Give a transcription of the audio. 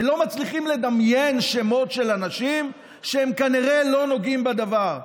ולא מצליחים לדמיין שמות של אנשים שהם כנראה לא נוגעים בדבר,